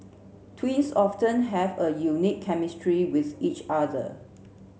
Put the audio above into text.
twins often have a unique chemistry with each other